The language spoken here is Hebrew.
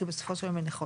כי בסופו של יום היא נכונה.